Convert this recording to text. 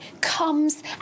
comes